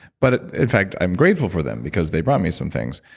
but in fact, i'm grateful for them, because they brought me some things.